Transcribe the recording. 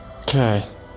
Okay